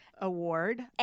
Award